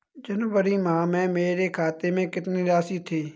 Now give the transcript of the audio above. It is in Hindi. जनवरी माह में मेरे खाते में कितनी राशि थी?